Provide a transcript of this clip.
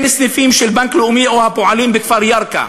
אין סניפים של בנק לאומי או הפועלים בכפר ירכא,